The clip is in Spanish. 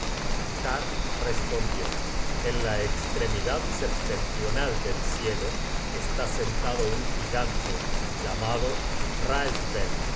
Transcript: respondió en la estremidad setentrional del cielo está sentado un gigante llamado